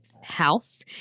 house